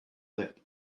lip